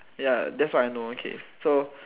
ya that's what I know okay so